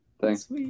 Thanks